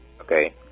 Okay